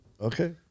Okay